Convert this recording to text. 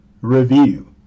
Review